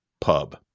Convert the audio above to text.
pub